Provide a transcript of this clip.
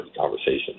conversation